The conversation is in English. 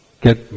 Get